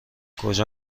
کجا